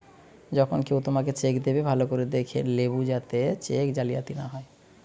যখন কেও তোমাকে চেক দেবে, ভালো করে দেখে লেবু যাতে চেক জালিয়াতি না হয়